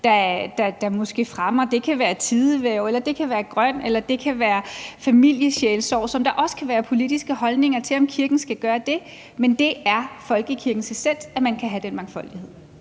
der måske fremmer f.eks. tidehverv, eller det kan være noget grønt, eller det kan være familiesjælesorg, som der også kan være politiske holdninger til om kirken skal gøre. Men det er folkekirkens essens, at man kan have den mangfoldighed.